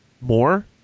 more